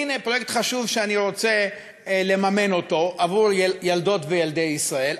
הנה פרויקט חשוב שאני רוצה לממן בעבור ילדות וילדי ישראל,